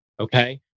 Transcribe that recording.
Okay